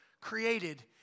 created